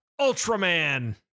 Ultraman